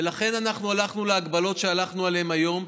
ולכן אנחנו הלכנו להגבלות שהלכנו עליהן היום,